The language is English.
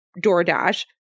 DoorDash